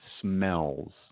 smells